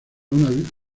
una